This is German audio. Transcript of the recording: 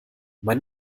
mein